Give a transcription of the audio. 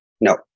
No